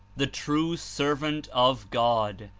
the true servant of god,